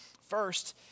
First